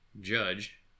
judge